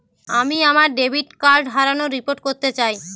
আমি আমার debit card হারানোর রিপোর্ট করতে চাই